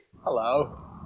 hello